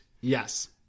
Yes